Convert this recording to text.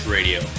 Radio